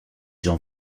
jean